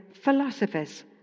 philosophers